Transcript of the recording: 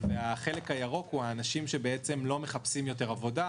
החלק הירוק הוא אנשים שלא מחפשים יותר עבודה,